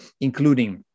including